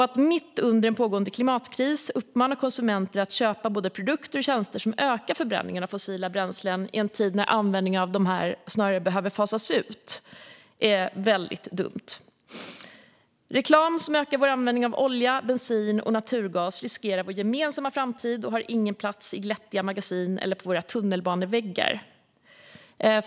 Att mitt under en pågående klimatkris uppmana konsumenter att köpa både produkter och tjänster som ökar förbränningen av fossila bränslen, i en tid när användningen av dem snarare behöver fasas ut, är väldigt dumt. Reklam som ökar vår användning av olja, bensin och naturgas riskerar vår gemensamma framtid och har ingen plats i glättiga magasin eller på våra tunnelbaneväggar.